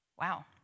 Wow